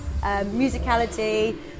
musicality